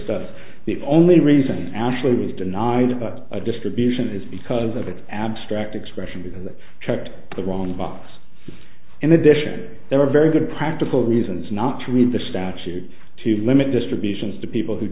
that the only reason actually was denied a distribution is because of its abstract expression because it checked the wrong box in addition there are very good practical reasons not to read the statute to limit distributions to people who